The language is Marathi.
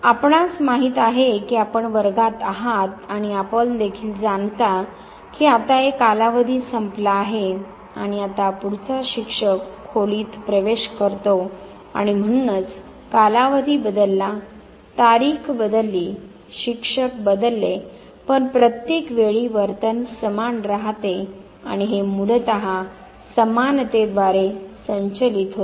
आपणास माहित आहे की आपण वर्गात आहात आणि आपण देखील जाणता की आता एक कालावधी संपला आहे आणि आता पुढचा शिक्षक खोलीत प्रवेश करतो आणि म्हणूनच कालावधी बदलला तारीख बदलली शिक्षक बदलले पण प्रत्येक वेळी वर्तन समान राहते आणि हे मूलत समानते द्वारे संचालित होते